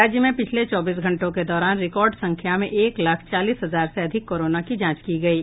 राज्य में पिछले चौबीस घंटों के दौरान रिकार्ड संख्या में एक लाख चालीस हजार से अधिक कोरोना की जांच की गयी